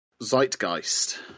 zeitgeist